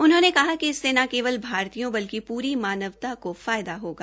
उन्होंने कहा कि इससे न केवल भारतीय बल्कि पूरी मानवता को ायद होगा